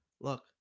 look